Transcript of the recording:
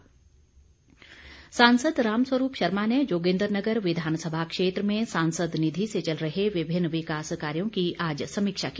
रामस्वरूप सांसद रामसवरूप शर्मा ने जोगिंद्रनगर विधानसभा क्षेत्र में सांसद निधि से चल रहे विभिन्न विकास कार्यो की आज समीक्षा की